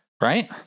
Right